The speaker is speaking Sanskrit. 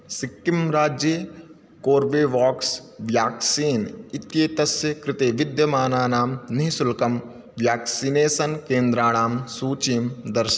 सिक्किमराज्ये कोर्बेवाक्स् व्याक्सीन् इत्येतस्य कृते विद्यमानानां निःशुल्कं व्याक्सिनेसन् केन्द्राणां सूचीं दर्शय